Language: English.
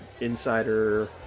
Insider